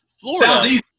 Florida